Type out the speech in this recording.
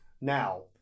now